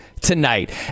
tonight